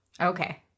Okay